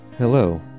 Hello